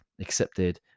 accepted